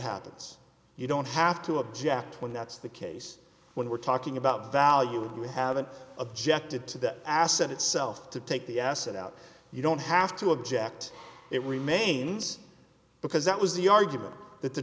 happens you don't have to object when that's the case when we're talking about values we haven't objected to the asset itself to take the asset out you don't have to object it remains because that was the argument that the